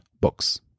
books